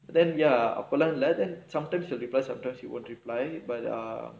then ya அப்பல்லாம் இல்ல:appallaam illa sometimes he will reply sometimes he won't reply but ah